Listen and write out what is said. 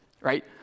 right